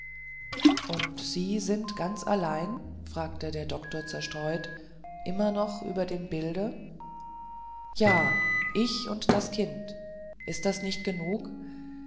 und sie sind ganz allein fragte der doktor zerstreut immer noch über dem bilde ja ich und das kind ist das nicht genug